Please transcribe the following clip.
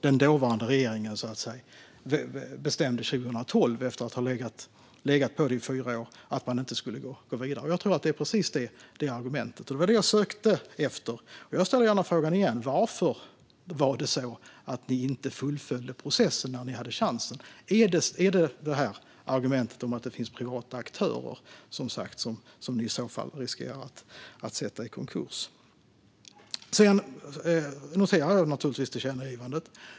Den dåvarande regeringen bestämde sig 2012, efter att ha legat på det i fyra år, att man inte skulle gå vidare. Jag tror att det var med precis det argumentet. Det var det jag sökte efter. Jag ställer gärna frågan igen. Varför fullföljde ni inte processen när ni hade chansen? Är argumentet att det finns privata aktörer som i så fall riskerar att försättas i konkurs? Jag noterar tillkännagivandet.